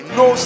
no